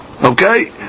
Okay